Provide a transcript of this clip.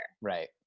Right